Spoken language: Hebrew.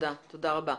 תודה רבה.